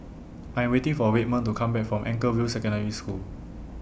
I Am waiting For Redmond to Come Back from Anchorvale Secondary School